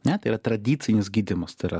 ne tai yra tradicinis gydymas tai yra